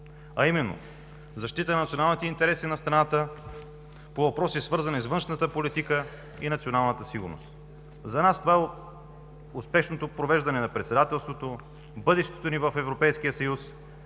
а именно защита на националните интереси на страната по въпроси, свързани с външната политика и националната сигурност. За нас това е успешното провеждане на председателството, бъдещето ни в Европейския съюз,